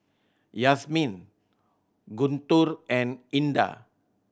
Yasmin Guntur and Indah